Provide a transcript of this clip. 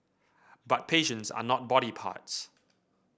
but patients are not body parts